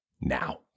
now